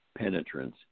penetrance